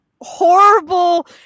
horrible